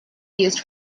used